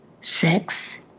Sex